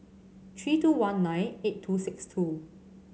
three two one nine eight two six two